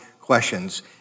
questions